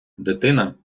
дитина